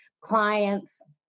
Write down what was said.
clients